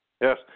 Yes